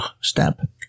step